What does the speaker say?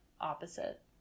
opposite